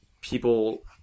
people